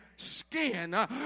skin